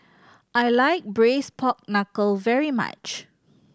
I like Braised Pork Knuckle very much